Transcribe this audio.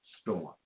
storm